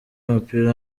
w’umupira